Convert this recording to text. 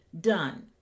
done